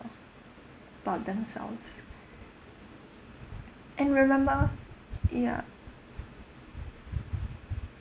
about themselves and remember ya